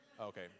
Okay